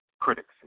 Critics